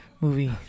movie